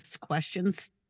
questions